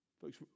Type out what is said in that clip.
Folks